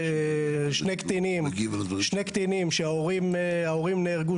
שני קטינים שההורים נהרגו,